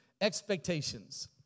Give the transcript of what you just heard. Expectations